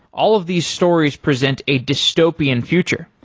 all of these stories present a dystopian future.